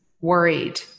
worried